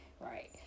right